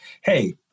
hey